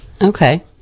Okay